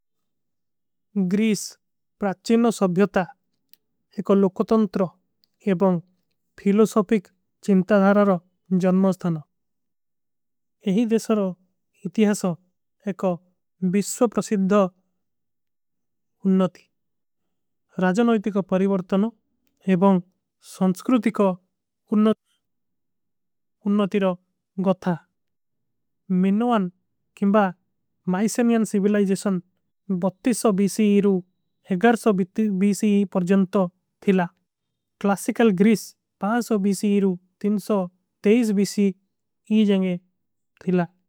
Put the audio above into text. ଗ୍ରୀଶ ପ୍ରାଚେନୋ ସଵ୍ଯୋତା ଏକ ଲୋକତଂତ୍ର ଏବଂଗ ଫିଲୋସୋପିକ। ଚିଂତାଧରାର ଜନ୍ମସ୍ଥନ ଏହୀ ଦେଶର ଇତିହାସ ଏକ ଵିଶ୍ଵ ପ୍ରସିଦ୍ଧ। ଉନ୍ନତି ରାଜନୋଯତିକ ପରିଵର୍ତନ ଏବଂଗ ସଂସ୍କୃତିକ ଉନ୍ନତିର। ଗଥା ମିନ୍ଵାନ କିଂବା ମାଈସେନିଯନ ସିଵିଲାଜେଶନ ବତ୍ତି ସୋ। ବୀଚୀ ଇରୂ ହେଗର ସୋ ବୀଚୀ ପର ଜନ୍ତ ଥିଲା କ୍ଲାସିକଲ। ଗ୍ରୀଶ ପାସୋ ବୀଚୀ ଇରୂ ତିନସୋ ତେଶ ବୀଚୀ ଇଜଂଗେ ଥିଲା।